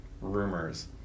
rumors